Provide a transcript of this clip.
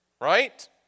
right